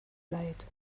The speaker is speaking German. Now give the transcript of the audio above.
leid